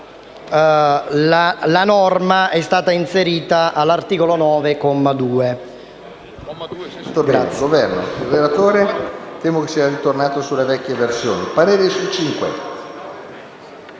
la norma è stata inserita all'articolo 9,